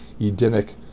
Edenic